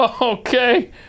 Okay